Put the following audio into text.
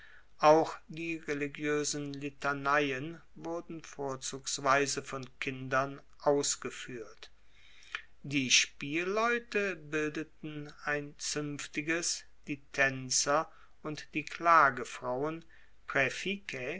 auch die religioesen litaneien wurden vorzugsweise von kindern ausgefuehrt die spielleute bildeten ein zuenftiges die taenzer und die